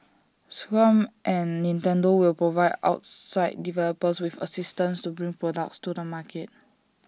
scrum and Nintendo will provide outside developers with assistance to bring products to the market